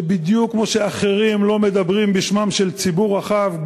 שבדיוק כמו שאחרים לא מדברים בשמו של ציבור רחב,